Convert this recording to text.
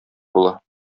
була